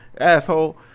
asshole